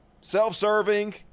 self-serving